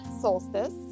solstice